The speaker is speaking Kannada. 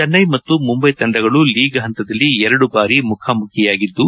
ಚೆನ್ಟೈ ಮತ್ತು ಮುಂಬೈ ತಂಡಗಳು ಲೀಗ್ ಹಂತದಲ್ಲಿ ಎರಡು ಬಾರಿ ಮುಖಾಮುಖಿಯಾಗಿದ್ದು